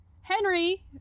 Henry